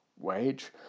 wage